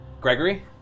Gregory